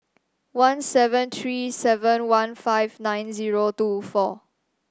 one seven three seven one five nine zero two four